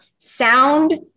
sound